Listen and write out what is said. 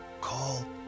call